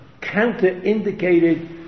counter-indicated